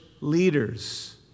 leaders